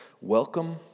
welcome